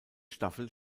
staffel